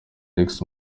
alex